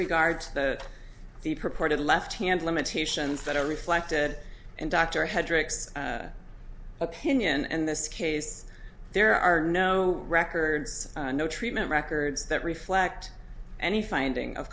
regard to the purported left hand limitations that are reflected in dr hendricks opinion and this case there are no records no treatment records that reflect any finding of